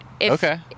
Okay